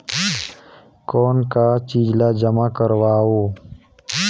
कौन का चीज ला जमा करवाओ?